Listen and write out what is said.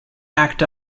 act